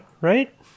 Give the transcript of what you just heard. right